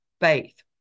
faith